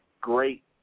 great